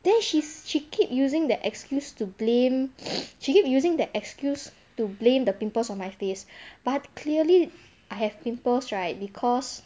then she's she keep using that excuse to blame she keep using that excuse to blame the pimples on my face but clearly I have pimples right because